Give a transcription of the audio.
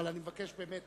אבל אני מבקש באמת